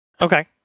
Okay